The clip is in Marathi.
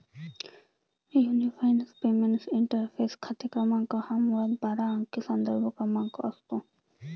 युनिफाइड पेमेंट्स इंटरफेस खाते क्रमांक हा मुळात बारा अंकी संदर्भ क्रमांक असतो